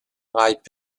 ripe